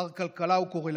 "מר כלכלה" הוא קורא לעצמו.